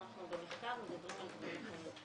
אנחנו במחקר מדברים על דברים אחרים.